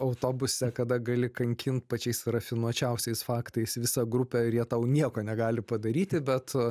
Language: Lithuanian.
autobuse kada gali kankint pačiais rafinuočiausiais faktais visą grupę ir jie tau nieko negali padaryti bet